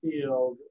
field